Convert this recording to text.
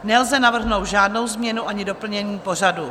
Nelze navrhnout žádnou změnu ani doplnění pořadu.